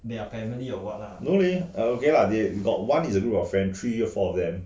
no leh I okay lah they got one is a group of friends three or four of them